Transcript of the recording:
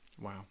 wow